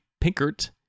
Pinkert